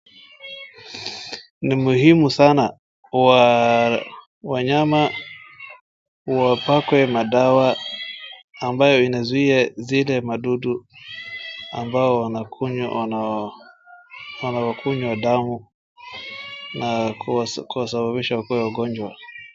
Ni muhimu sana waa wanyama wapakwe madawa ambayo inazuia zile madudu ambao wanawakunywa damu na kuwasababisha wakue wagonjwa.